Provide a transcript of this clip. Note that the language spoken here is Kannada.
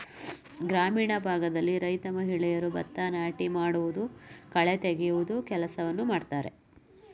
ಗ್ರಾಮೀಣ ಭಾಗದಲ್ಲಿ ರೈತ ಮಹಿಳೆಯರು ಭತ್ತ ನಾಟಿ ಮಾಡುವುದು, ಕಳೆ ತೆಗೆಯುವ ಕೆಲಸವನ್ನು ಮಾಡ್ತರೆ